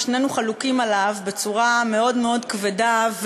ששנינו חלוקים בו בצורה מאוד מאוד כבדה,